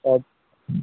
त